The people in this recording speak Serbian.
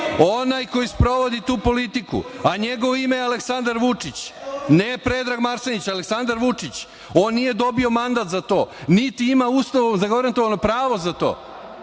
Onaj koji sprovodi tu politiku, a njegovo ime je Aleksandar Vučić, ne Predrag Marsenić nego Aleksandar Vučić. On nije dobio mandat za to, niti ima Ustavom zagarantovano pravo za to.